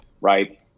right